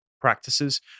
Practices